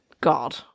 God